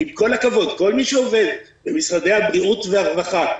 עם כל הכבוד כל מי שעובד במשרדי הבריאות והרווחה,